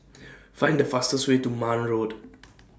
Find The fastest Way to Marne Road